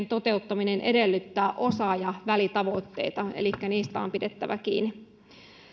toteuttaminen edellyttää osa ja välitavoitteita elikkä niistä on pidettävä kiinni